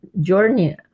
journey